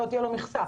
לא תהיה לו מכסה.